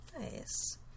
Nice